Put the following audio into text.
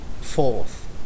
fourth